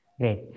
Great